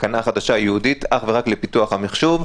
חדשה ייעודית אך ורק לפיתוח המחשוב.